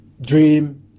dream